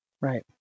Right